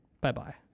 bye-bye